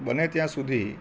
બને ત્યાં સુધી